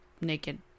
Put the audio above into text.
naked